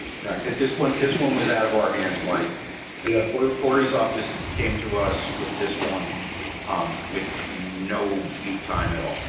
right, that this one. this one was out of our hands, marty yeah recorders office came to us with this one um with no lead time at all.